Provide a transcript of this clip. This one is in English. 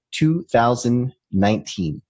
2019